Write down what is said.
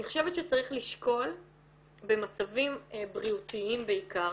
אני חושבת שצריך לשקול במצבים בריאותיים בעיקר,